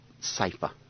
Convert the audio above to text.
safer